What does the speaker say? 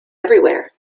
everywhere